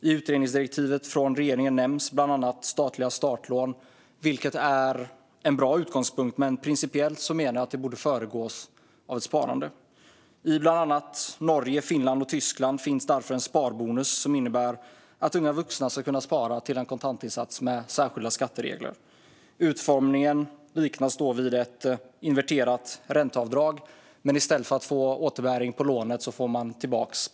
I utredningsdirektivet från regeringen nämns bland annat statliga startlån, vilket är en bra utgångspunkt, men principiellt menar jag att det borde föregås av ett sparande. I bland annat Norge, Finland och Tyskland finns det därför en sparbonus som innebär att unga vuxna ska kunna spara till en kontantinsats med särskilda skatteregler. Utformningen kan liknas vid ett inverterat ränteavdrag, men i stället för att få återbäring på lånet får man tillbaka.